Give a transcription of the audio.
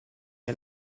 che